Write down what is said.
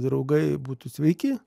draugai būtų sveiki